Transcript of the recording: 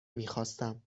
میخواستم